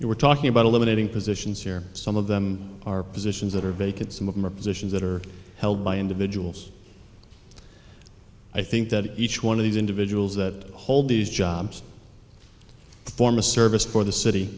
you were talking about eliminating positions here some of them are positions that are vacant some of them are positions that are held by individuals i think that each one of these individuals that hold these jobs form a service for the city